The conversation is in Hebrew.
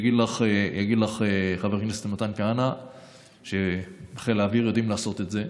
יגיד לך חבר הכנסת מתן כהנא שחיל האוויר יודע לעשות את זה.